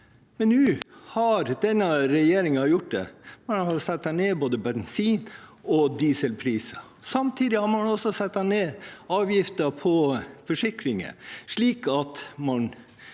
Nei. Nå har denne regjeringen gjort det. De har satt ned både bensin- og dieselprisene. Samtidig har man satt ned avgiften på forsikringer, slik at man